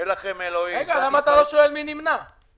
למה אין לנו את חוברת ההסתייגויות?